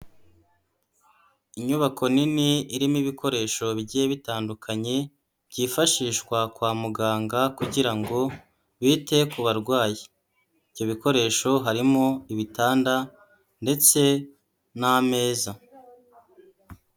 inyubako nini irimo ibikoresho bigiye bitandukanye, byifashishwa kwa muganga kugira ngo bite ku barwayi, ibyo bikoresho harimo ibitanda ndetse n'ameza.